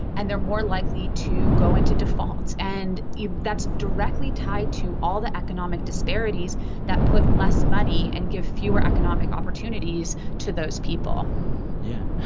and they're more likely to go into default. and that's directly tied to all the economic disparities that put less money and give fewer economic opportunities to those people yeah.